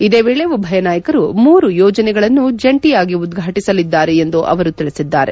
ಇದೇ ವೇಳೆ ಉಭಯ ನಾಯಕರು ಮೂರು ಯೋಜನೆಗಳನ್ನು ಜಂಟಿಯಾಗಿ ಉದ್ಘಾಟಿಸಲಿದ್ದಾರೆ ಎಂದು ಅವರು ತಿಳಿಸಿದ್ದಾರೆ